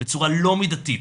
בצורה לא מידתית,